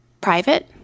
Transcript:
private